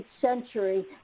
century